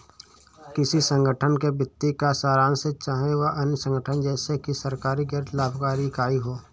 किसी संगठन के वित्तीय का सारांश है चाहे वह अन्य संगठन जैसे कि सरकारी गैर लाभकारी इकाई हो